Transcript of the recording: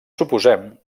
suposem